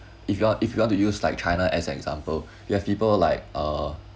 if you want if you want to use like china as an example you have people like uh